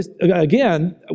again